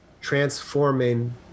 transforming